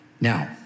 Now